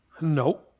No